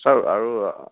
sir আৰু